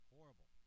Horrible